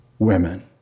Women